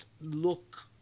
look